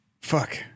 Fuck